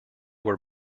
were